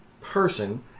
person